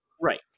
Right